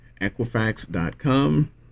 Equifax.com